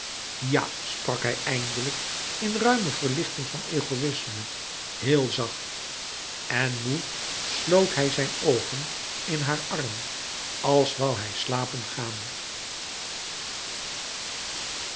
ja sprak hij eindelijk in ruime verlichting van egoïsme heel zacht en moê sloot hij zijn oogen in haar arm als woû hij slapen gaan